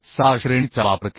6 श्रेणीचा वापर केला